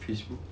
Facebook